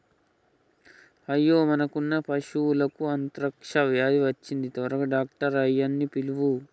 అయ్యో మనకున్న పశువులకు అంత్రాక్ష వ్యాధి వచ్చింది త్వరగా డాక్టర్ ఆయ్యన్నీ పిలువు